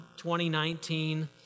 2019